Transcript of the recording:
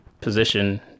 position